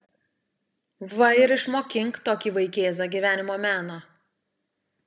va ir išmokink tokį vaikėzą gyvenimo meno